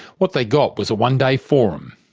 what they got was a one-day forum.